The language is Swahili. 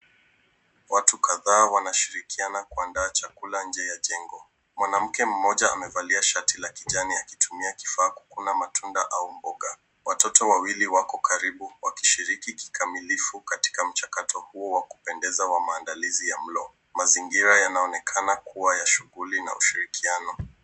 Watu kadhaa wanashirikiana kuandaa chakula nje ya jengo. Mwanamke mmoja amevalia shati la kijani akitumia kifaa kukuna matunda au mboga. Watoto wawili wako karibu wakishiriki kikamilifu katika mchakato huo wa kupendeza wa maandalizi ya mlo. Mazingira yanaonekana kuwa ya shughuli na ushirikiano